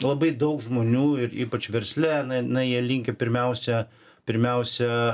labai daug žmonių ir ypač versle na jie linkę pirmiausia pirmiausia